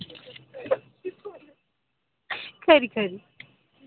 खरी खरी